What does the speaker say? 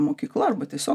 mokykla arba tiesiog